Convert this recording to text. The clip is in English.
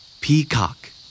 Peacock